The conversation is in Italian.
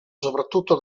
soprattutto